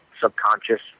subconscious